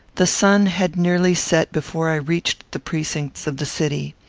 the sun had nearly set before i reached the precincts of the city.